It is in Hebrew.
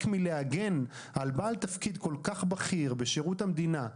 מלהגן על בעל תפקיד כל כך בכיר בשירות המדינה,